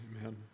Amen